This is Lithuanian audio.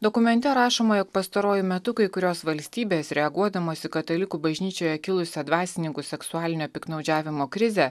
dokumente rašoma jog pastaruoju metu kai kurios valstybės reaguodamos į katalikų bažnyčioje kilusią dvasininkų seksualinio piktnaudžiavimo krizę